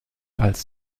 als